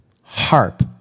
harp